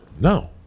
no